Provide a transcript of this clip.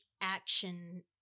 action